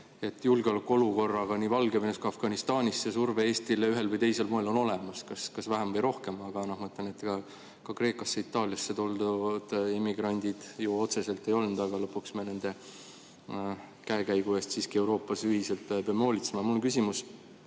julgeolekuolukorraga nii Valgevenes kui Afganistanis see surve Eestile ühel või teisel moel on olemas, kas vähem või rohkem. Aga ma ütlen, et ka Kreekasse ja Itaaliasse tulnud immigrandid ju otseselt ei olnud [meile ohuks], aga lõpuks me nende käekäigu eest siiski Euroopas ühiselt peame hoolitsema. Mul on nüüd küsimus